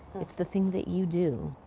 it's the thing that you do.